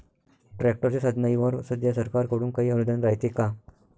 ट्रॅक्टरच्या साधनाईवर सध्या सरकार कडून काही अनुदान रायते का?